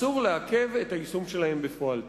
ואסור לעכב את היישום שלהם בפועל.